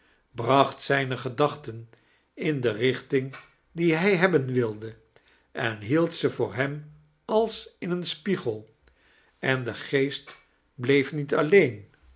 bracht zijimj gedachten in de richting die hij hebben wilde en meld ze voor hem als in een spiegel en de gees bleef niet alleen